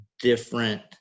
different